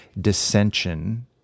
dissension